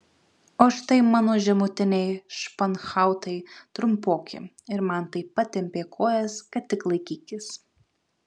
o štai mano žemutiniai španhautai trumpoki ir man taip patempė kojas kad tik laikykis